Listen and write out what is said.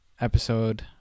episode